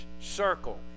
circle